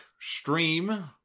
stream